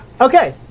Okay